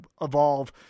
Evolve